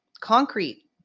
Concrete